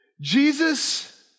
Jesus